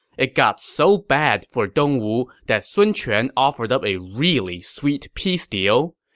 it got so bad for dongwu that sun quan offered up a really sweet peace deal.